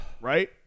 right